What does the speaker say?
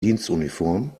dienstuniform